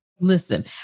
Listen